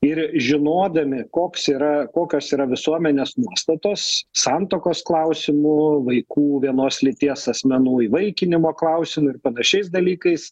ir žinodami koks yra kokios yra visuomenės nuostatos santuokos klausimu vaikų vienos lyties asmenų įvaikinimo klausimu ir panašiais dalykais